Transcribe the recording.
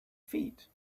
feet